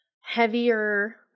heavier